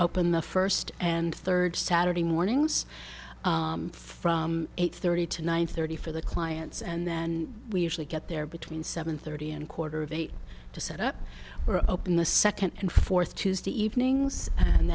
open the first and third saturday mornings from eight thirty to nine thirty for the clients and then we usually get there between seven thirty and quarter of eight to set up or open the second and fourth tuesday evenings and